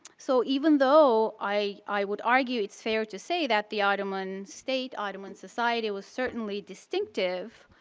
so even though i would argue, it's fair to say that the ottoman state, ottoman society was certainly distinctive,